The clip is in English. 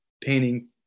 painting